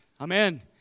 Amen